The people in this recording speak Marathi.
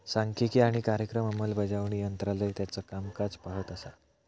सांख्यिकी आणि कार्यक्रम अंमलबजावणी मंत्रालय त्याचो कामकाज पाहत असा